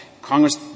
Congress